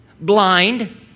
blind